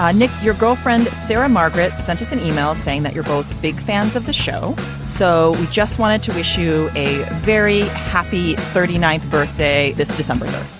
ah nick, your girlfriend, sarah margaret, sent us an e-mail saying that you're both big fans of the show so we just wanted to wish you a very happy. thirty ninth birthday this december